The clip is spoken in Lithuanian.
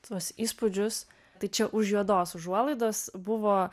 tuos įspūdžius tai čia už juodos užuolaidos buvo